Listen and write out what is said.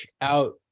out